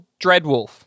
Dreadwolf